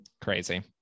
crazy